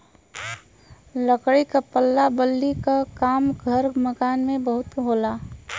लकड़ी के पल्ला बल्ली क काम घर मकान में बहुत होला